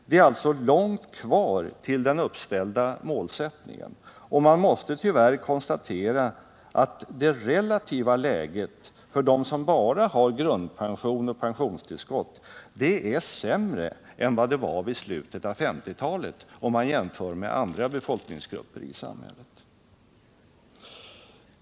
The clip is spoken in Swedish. Det är alltså långt kvar till den uppställda målsättningen, och man måste tyvärr konstatera att det relativa läget för dem som bara har grundpension och pensionstillskott är sämre än vad det var vid slutet av 1950-talet.